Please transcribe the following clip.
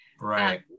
Right